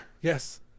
Yes